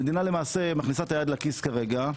המדינה למעשה מכניסה את היד לכיס כרגע,